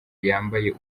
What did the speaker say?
yambaye